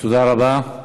תודה רבה.